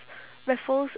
raffles